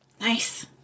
Nice